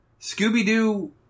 Scooby-Doo